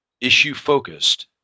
issue-focused